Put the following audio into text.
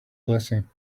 blessing